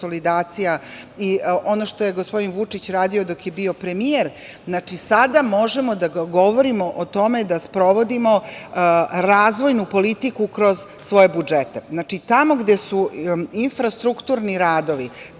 konsolidacija i ono što je gospodin Vučić radio dok je bio premijer, znači, sada možemo da govorimo o tome da sprovodimo razvojnu politiku kroz svoje budžete. Znači, tamo gde su infrastrukturni radovi